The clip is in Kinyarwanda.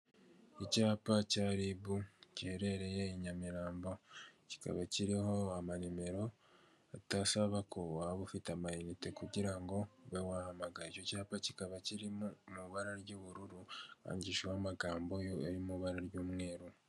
Icyapa cya Ribu giherereye i Nyamirambo kikaba kiriho amanimero adasaba ko waba ufite amayinite kugira ngo ube wahamagara, icyo cyapa kikaba kiri mu ibara ry'ubururu handikishijeho amagambo ari mu ibara ry'umweru.